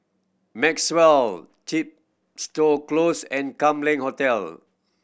Maxwell Chepstow Close and Kam Leng Hotel